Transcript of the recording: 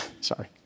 sorry